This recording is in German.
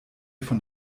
von